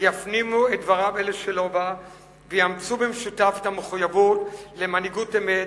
יפנימו את דבריו אלה של לובה ויאמצו במשותף את המחויבות למנהיגות אמת,